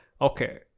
Okay